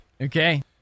Okay